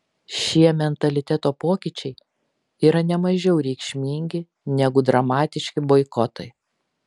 šie mentaliteto pokyčiai yra ne mažiau reikšmingi negu dramatiški boikotai